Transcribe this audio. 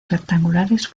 rectangulares